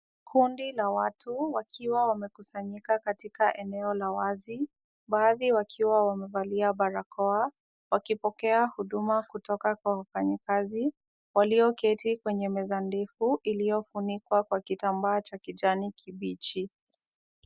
Kundi la watu wakiwa wamekusanyika katika eneo la wazi, baadhi wakiwa wamevalia barakoa, wakipokea huduma kutoka kwa wafanyikazi, walioketi kwenye meza ndefu, iliyofunikwa kwa kitambaa cha kijani kibichi.